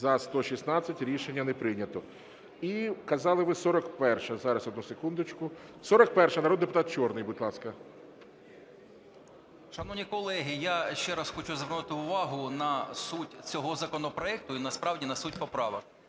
За-116 Рішення не прийнято. І казали ви 41-а. Зараз, одну секундочку. 41-а, народний депутат Чорний, будь ласка. 13:40:01 ЧОРНИЙ В.І. Шановні колеги, я ще раз хочу звернути увагу на суть цього законопроекту і насправді на суть поправок.